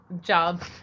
job